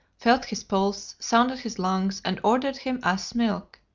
felt his pulse, sounded his lungs, and ordered him ass's milk.